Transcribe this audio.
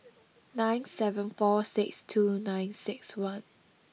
nine seven four six two nine six one